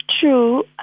true